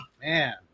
Man